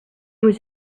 was